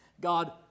God